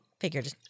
Figured